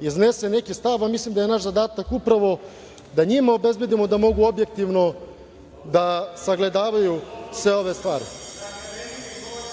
iznese neki stav, a mislim da je naš zadatak da upravo da njima obezbedimo da mogu objektivno da sagledavaju sve ove stvari. Kolega,